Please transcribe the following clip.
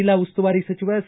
ಜಿಲ್ಲಾ ಉಸ್ತುವಾರಿ ಸಚಿವ ಸಿ